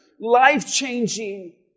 life-changing